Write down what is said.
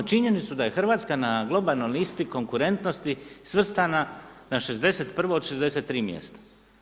Imamo činjenicu da je Hrvatska na globalnoj listi konkurentnosti svrstana na 61. od 63 mjesta.